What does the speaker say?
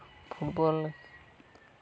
foot ball